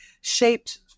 shaped